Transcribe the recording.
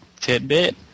tidbit